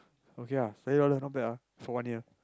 okay lah five dollar not bad ah for one year